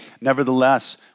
Nevertheless